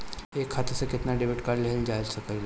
एक खाता से केतना डेबिट कार्ड लेहल जा सकेला?